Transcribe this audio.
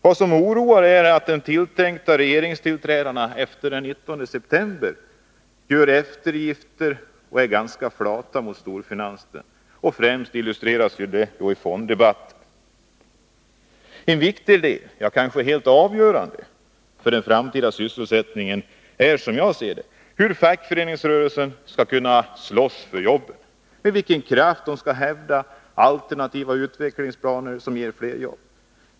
Vad som oroar är att de tilltänkta regeringstillträdarna efter den 19 september gör eftergifter och är ganska flata mot storfinansen. Främst illustreras det av fonddebatten. En viktig del, ja, kanske helt avgörande för den framtida sysselsättningen är, som jag ser det, hur fackföreningsrörelsen skall kunna slåss för jobben, med vilken kraft den skall hävda alternativa utvecklingsplaner som ger fler jobb.